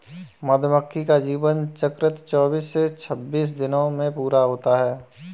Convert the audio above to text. मधुमक्खी का जीवन चक्र चौबीस से छब्बीस दिनों में पूरा होता है